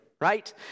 right